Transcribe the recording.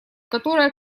которая